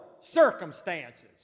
circumstances